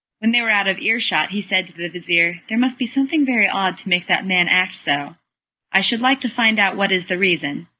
when they were out of earshot, he said to the vizir, there must be something very odd to make that man act so i should like to find out what is the reason.